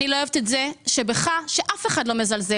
אני לא אוהבת את זה שבך שאף אחד לא מזלזל,